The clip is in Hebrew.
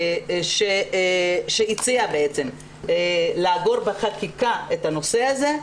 שהציע להעביר בחקיקה את הנושא הזה.